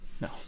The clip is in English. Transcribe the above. No